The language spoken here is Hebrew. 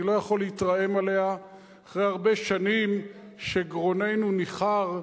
אני לא יכול להתרעם עליה אחרי הרבה שנים שגרוננו ניחר,